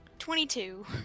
Twenty-two